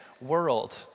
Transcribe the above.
world